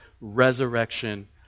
resurrection